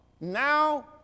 Now